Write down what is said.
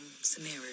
scenario